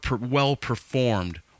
well-performed